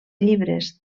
llibres